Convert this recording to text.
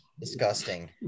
Disgusting